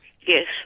Yes